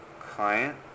client